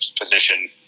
position